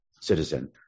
citizen